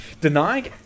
Denying